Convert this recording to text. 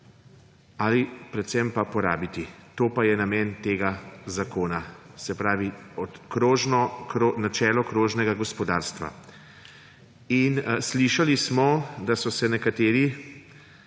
predvsem pa porabiti. To pa je namen tega zakona. Se pravi načelo krožnega gospodarstva. Slišali smo, da so se nekateri